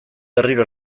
berriro